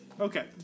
Okay